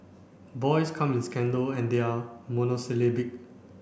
boys come in scandal and they are monosyllabic